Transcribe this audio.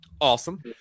Awesome